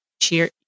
cheer